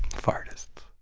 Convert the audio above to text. fartists